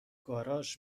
گاراژ